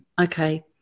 Okay